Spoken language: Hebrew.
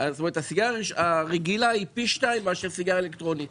הסיגריה הרגילה היא פי שניים מסיגריה אלקטרונית.